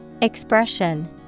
Expression